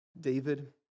David